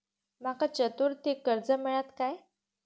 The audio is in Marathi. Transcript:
माका चतुर्थीक कर्ज मेळात काय?